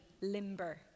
limber